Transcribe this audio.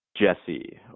Jesse